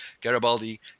Garibaldi